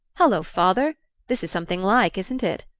hullo, father this is something like, isn't it?